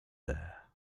there